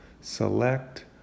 select